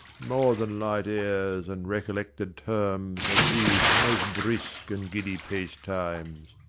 more than light airs and recollected terms of these most brisk and giddy-paced times.